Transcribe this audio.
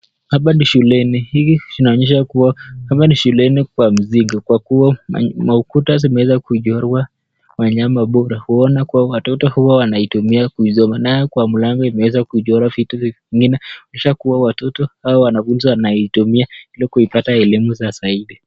Hapa ni shuleni. Hiki kinaonyesha kuwa hapa ni shuleni kwa mzigo kwa kuwa maukuta zimeweza kujorwa wanyama bora. Huona kuwa watoto huwa wanaitumia kuisoma. Na kwa mlango imeweza kujorwa vitu vingine. Usha kuwa watoto hawa wanafunzi wanaitumia ili kuipata elimu za zaidi.